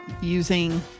using